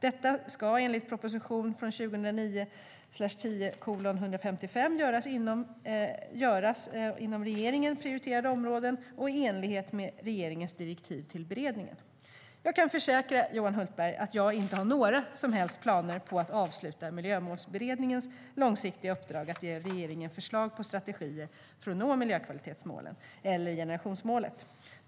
Detta ska enligt proposition 2009 p>Jag kan försäkra Johan Hultberg att jag inte har några som helst planer på att avsluta Miljömålsberedningens långsiktiga uppdrag att ge regeringen förslag till strategier för att nå miljökvalitetsmålen och generationsmålet.